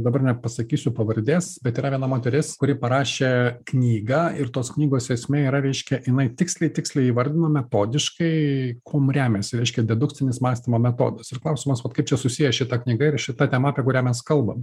dabar nepasakysiu pavardės bet yra viena moteris kuri parašė knygą ir tos knygos esmė yra reiškia jinai tiksliai tiksliai įvardinu metodiškai kuom remiasi reiškia dedukcinis mąstymo metodas ir klausimas vat kaip čia susiję šita knyga ir šita tema apie kurią mes kalbam